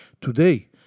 Today